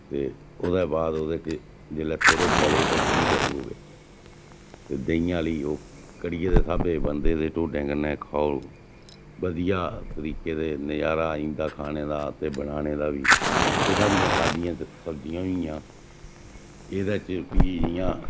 ते ओह्दे बाद च जेल्लै थोह्ड़े गले ते देहीं पाउड़ो बिच्च ते देहीं आह्ली ओह् कड़ियै दे स्हाबै बनदे ते ढोडें कन्नै खाओ बधिया तरीके दे नजारा आई जंदा खाने दा ते बनाने दा बी एह् साढ़ियां सादियां सब्जियां होई गेइयां एह्दे च फ्ही इ'यां